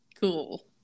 cool